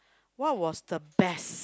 what was the best